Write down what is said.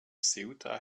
ceuta